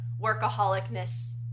workaholicness